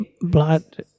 blood